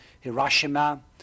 Hiroshima